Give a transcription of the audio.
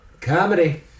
Comedy